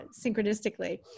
synchronistically